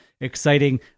exciting